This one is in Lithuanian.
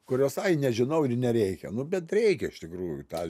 kurios ai nežinau ir nereikia nu bet reikia iš tikrųjų tą